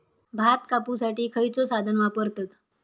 भात कापुसाठी खैयचो साधन वापरतत?